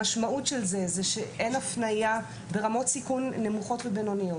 המשמעות של זה היא שאין הפניה ברמות סיכון נמוכות ובינוניות,